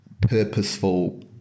purposeful